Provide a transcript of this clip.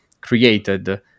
created